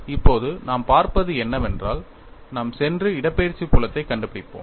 இப்போது நாம் பார்ப்பது என்னவென்றால் நாம் சென்று இடப்பெயர்ச்சி புலத்தைக் கண்டுபிடிப்போம்